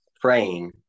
praying